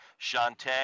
Shantae